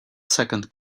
second